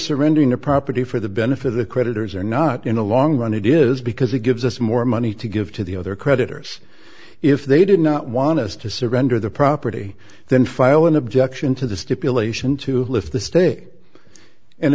surrendering the property for the benefit of the creditors or not in the long run it is because it gives us more money to give to the other creditors if they did not want us to surrender the property then file an objection to the stipulation to lift the stake and